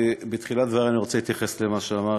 בתחילת דברי אני רוצה להתייחס למה שאמר